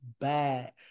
bad